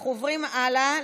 אנחנו עוברים הלאה,